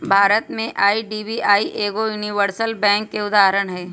भारत में आई.डी.बी.आई एगो universal bank के उदाहरण हइ